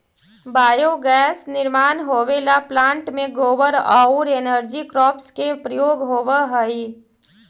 biogas निर्माण होवेला plant में गोबर औउर एनर्जी क्रॉप्स के प्रयोग होवऽ हई